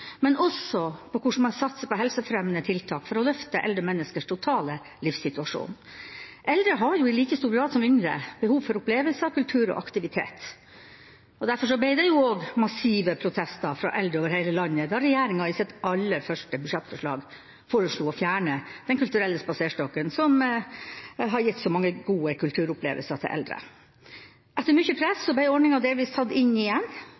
men også om hvordan man satser på helsefremmende tiltak for å løfte eldre menneskers totale livssituasjon. Eldre har i like stor grad som yngre behov for opplevelser, kultur og aktivitet. Derfor ble det også massive protester fra eldre over hele landet da regjeringen i sitt aller første budsjettforslag foreslo å fjerne Den kulturelle spaserstokken, som har gitt så mange gode kulturopplevelser til eldre. Etter mye press ble ordningen delvis tatt inn igjen,